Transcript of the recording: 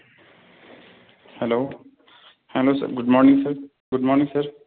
hello hello sir good morning sir good morning sir